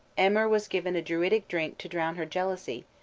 emer was given a druidic drink to drown her jealousy,